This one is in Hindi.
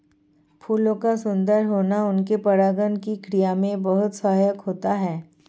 फूलों का सुंदर होना उनके परागण की क्रिया में बहुत सहायक होता है